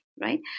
right